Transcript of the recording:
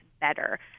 better